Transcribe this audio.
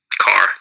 Car